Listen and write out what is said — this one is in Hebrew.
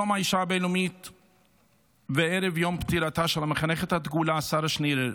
יום האישה הבין-לאומי וערב יום פטירתה של המחנכת הדגולה שרה שנירר,